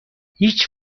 هیچ